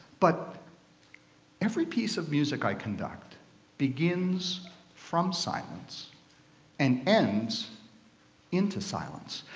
but every piece of music i conduct begins from silence and ends into silence.